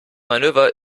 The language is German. manöver